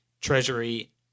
Treasury